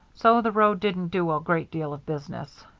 so the road didn't do a great deal of business.